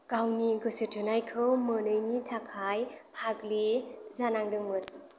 गावनि गोसोथोनायखौ मोनैनि थाखाय फाग्लि जानांदोंमोन